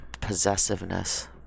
possessiveness